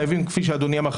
כפי שאדוני אמר,